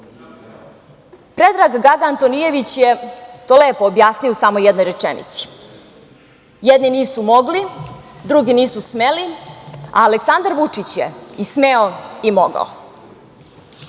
Predrag Gaga Antonijević je to lepo objasnio u samo jednoj rečenici: „Jedni nisu mogli, drugi nisu smeli, a Aleksandar Vučić je i smeo i mogao“.Danas